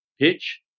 pitch